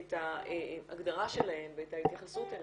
את ההגדרה שלהן ואת ההתייחסות אליהן,